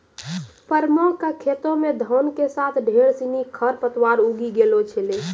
परमा कॅ खेतो मॅ धान के साथॅ ढेर सिनि खर पतवार उगी गेलो छेलै